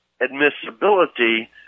admissibility